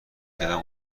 کردم